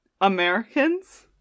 Americans